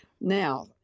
Now